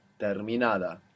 terminada